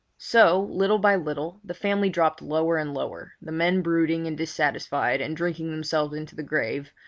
so, little by little, the family dropped lower and lower, the men brooding and dissatisfied, and drinking themselves into the grave,